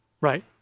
Right